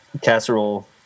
casserole